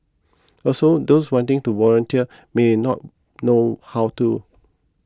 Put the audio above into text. also those wanting to volunteer may not know how to